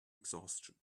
exhaustion